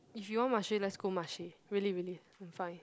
if you want Marche let's go Marche really really I'm fine